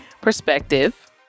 perspective